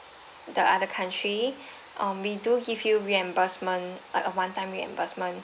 the other country um we do give you reimbursement like a one time reimbursement